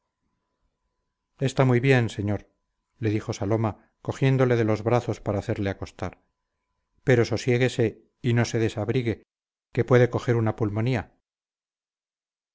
está muy bien señor le dijo saloma cogiéndole de los brazos para hacerle acostar pero sosiéguese y no se desabrigue que puede coger una pulmonía